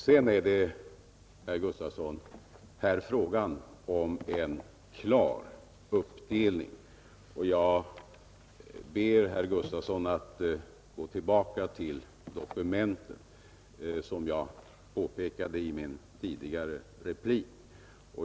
Sedan är det, herr Gustavsson i Alvesta, här fråga om en klar uppdelning, och jag ber herr Gustavsson att gå tillbaka till dokumenten, som jag påpekåde i min tidigare replik.